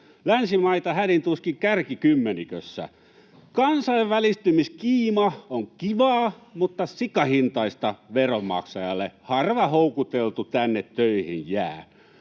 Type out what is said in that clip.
länsimaita hädin tuskin kärkikymmenikössä. Kansainvälistymiskiima on kivaa mutta sikahintaista veronmaksajalle, harva houkuteltu tänne töihin jää.